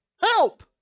Help